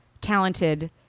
talented